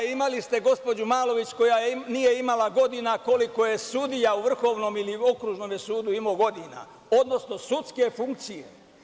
Imali ste gospođu Malović koja nije imala godina koliko je sudija u vrhovnom ili okružnom sudu imao godina, odnosno sudske funkcije.